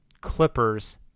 Clippers